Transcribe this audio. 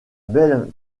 belle